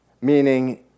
meaning